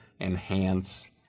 enhance